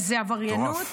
-- וזו עבריינות,